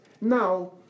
Now